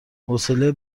حوصله